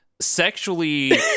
sexually